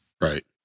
Right